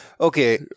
Okay